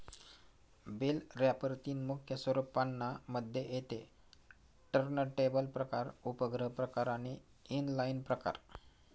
bell wrapper तीन मुख्य स्वरूपांना मध्ये येते टर्नटेबल प्रकार, उपग्रह प्रकार आणि इनलाईन प्रकार